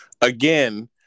again